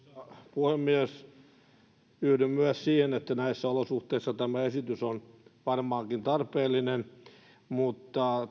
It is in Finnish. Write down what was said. puhemies myös minä yhdyn siihen että näissä olosuhteissa tämä esitys on varmaankin tarpeellinen mutta